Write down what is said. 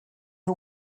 who